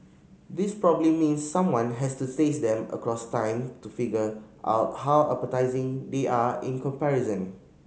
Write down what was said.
this probably means someone has to taste them across time to figure out how appetising they are in comparison